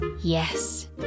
Yes